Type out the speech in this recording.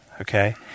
okay